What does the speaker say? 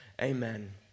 Amen